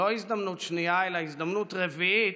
לא הזדמנות שנייה אלא הזדמנות רביעית,